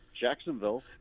Jacksonville